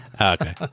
Okay